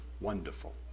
wonderful